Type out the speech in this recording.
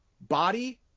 body